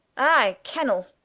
i kennell,